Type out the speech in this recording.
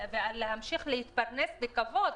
בכדי להמשיך ולהתפרנס בכבוד,